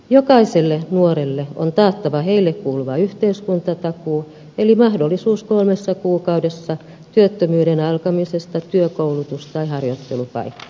jokaiselle nuorelle on taattava hänelle kuuluva yhteiskuntatakuu eli mahdollisuus kolmessa kuukaudessa työttömyyden alkamisesta työ koulutus tai harjoittelupaikkaan